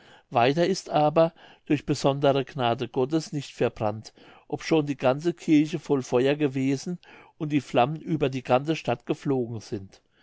weiter ist aber durch besondere gnade gottes nicht verbrannt obschon die ganze kirche voll feuer gewesen und die flammen über die ganze stadt geflogen sind